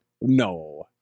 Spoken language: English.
No